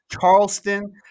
Charleston